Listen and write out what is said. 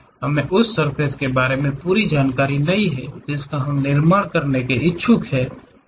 हमें उस सर्फ़ेस के बारे में पूरी जानकारी नहीं है जिसका हम निर्माण करने के इच्छुक या इच्छुक हैं